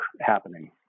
happening